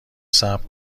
صبر